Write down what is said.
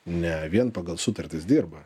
ne vien pagal sutartis dirba